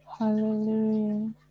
Hallelujah